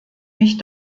mich